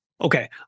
Okay